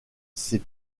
ses